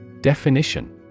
Definition